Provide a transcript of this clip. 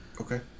Okay